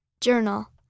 Journal